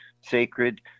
sacred